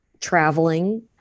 traveling